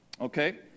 Okay